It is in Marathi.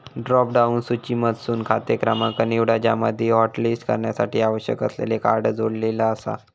ड्रॉप डाउन सूचीमधसून खाते क्रमांक निवडा ज्यामध्ये हॉटलिस्ट करण्यासाठी आवश्यक असलेले कार्ड जोडलेला आसा